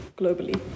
globally